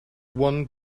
one